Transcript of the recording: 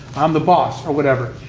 i'm the boss, or whatever.